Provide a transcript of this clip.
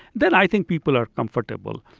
then i think people are comfortable.